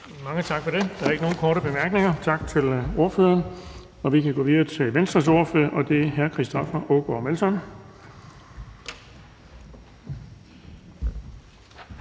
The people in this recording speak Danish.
Mange tak for det. Der er ikke nogen korte bemærkninger. Tak til ordføreren. Vi kan gå videre til Danmarksdemokraternes ordfører, og det er fru Marlene Harpsøe.